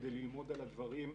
כדי ללמוד על הדברים,